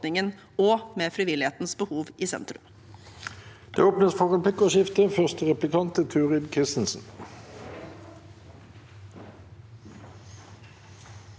og med frivillighetens behov i sentrum.